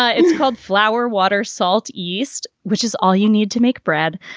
ah it's called flour, water, salt, yeast, which is all you need to make bread.